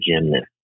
gymnast